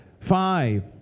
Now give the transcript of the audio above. Five